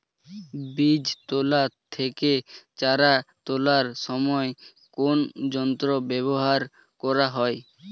বীজ তোলা থেকে চারা তোলার সময় কোন যন্ত্র ব্যবহার করা হয়?